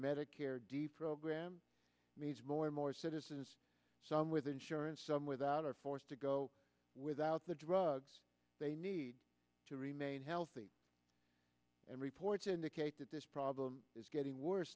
medicare d program means more and more citizens some with insurance some without are forced to go without the drugs they need to remain healthy and reports indicate that this problem is getting worse